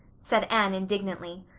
said anne indignantly.